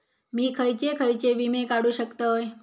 मी खयचे खयचे विमे काढू शकतय?